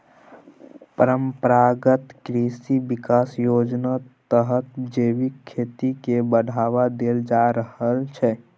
परंपरागत कृषि बिकास योजनाक तहत जैबिक खेती केँ बढ़ावा देल जा रहल छै